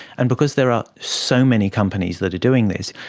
and because there are so many companies that are doing this,